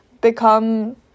become